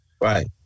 Right